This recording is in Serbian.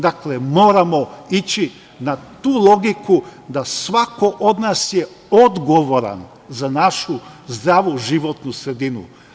Dakle, moramo ići na tu logiku da svako od nas je odgovoran za našu zdravu životnu sredinu.